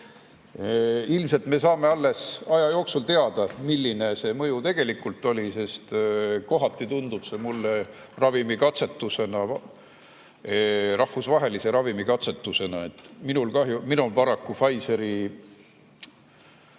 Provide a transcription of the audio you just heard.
Ilmselt me saame alles aja jooksul teada, milline see mõju tegelikult oli, sest kohati tundub see mulle rahvusvahelise ravimikatsetusena. Minul paraku Pfizeri